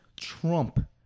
Trump